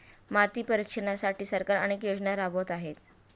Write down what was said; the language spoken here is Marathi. माती परीक्षणासाठी सरकार अनेक योजना राबवत आहे